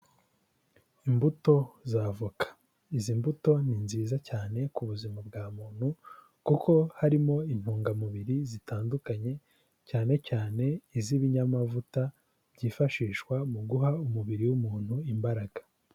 Imbuto z'avoka, izi mbuto ni nziza cyane ku buzima bwa muntu kuko harimo intungamubiri zitandukanye cyane cyane iz'ibinyamavuta byifashishwa mu guha umubiri w'umuntu imbaraga.